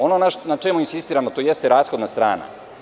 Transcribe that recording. Ono na čemu insistiramo jeste rashodna strana.